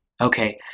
okay